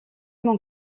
mon